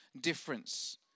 difference